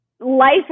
life